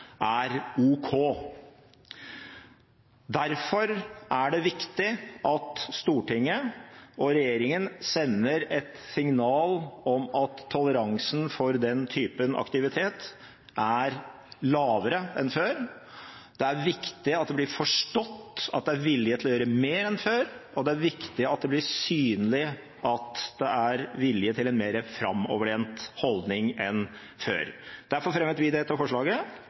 er ok. Derfor er det viktig at Stortinget og regjeringen sender et signal om at toleransen for den typen aktivitet er lavere enn før. Det er viktig at det blir forstått at det er vilje til å gjøre mer enn før, og det er viktig at det blir synlig at det er vilje til en mer framoverlent holdning enn før. Derfor fremmet vi dette forslaget.